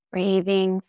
Breathing